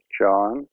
John